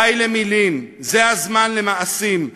די למילים, זה הזמן למעשים.